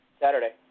Saturday